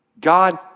God